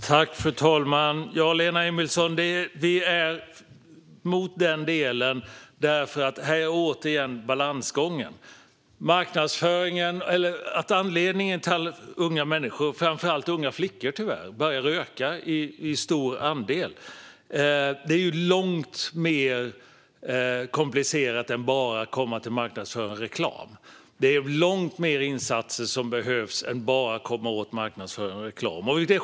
Fru talman! Det handlar om balansgången, Lena Emilsson. Det är därför vi är emot den här delen. Anledningen till att många unga människor, och tyvärr framför allt unga flickor, börjar röka är mycket mer komplicerad än att bara handla om marknadsföring och reklam. Det behövs många fler insatser än att bara komma åt marknadsföring och reklam.